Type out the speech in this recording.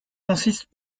consistent